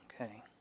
Okay